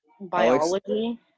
biology